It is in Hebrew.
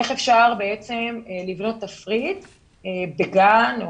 איך אפשר לבנות תפריט בגן,